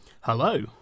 Hello